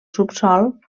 subsòl